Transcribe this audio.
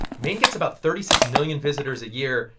maine gets about thirty six million visitors a year.